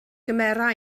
gymera